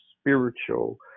spiritual